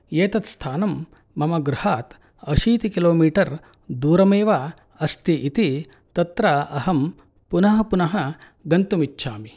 एतत् स्थानं मम गृहात् अशीति किलोमीटर् दूरमेव अस्ति इति तत्र अहं पुनः पुनः गन्तुमिच्छामि